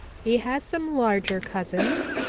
he has some larger cousins,